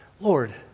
Lord